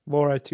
Laura